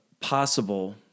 possible